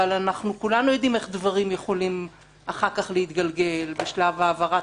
אבל כולנו יודעים איך דברים יכולים אחר כך להתגלגל בשלב העברת